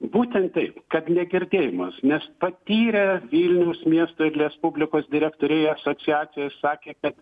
būtent taip kad negirdėjimas nes patyrę vilniaus miesto ir respublikos direktoriai asociacijos sakė kad